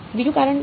બીજું કારણ કે